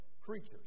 creatures